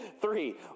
three